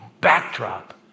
backdrop